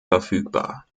verfügbar